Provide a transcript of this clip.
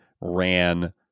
ran